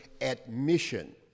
admission